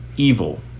evil